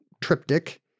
triptych